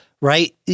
right